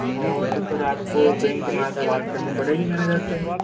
और तो सर आपको बैंक में आके बात करनी पड़ेगी मेनेजर से